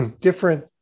different